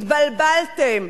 התבלבלתם.